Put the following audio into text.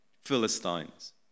Philistines